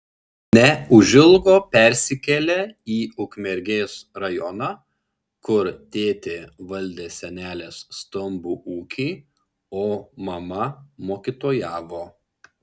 neužilgo persikėlė į ukmergės rajoną kur tėtė valdė senelės stambų ūkį o mama mokytojavo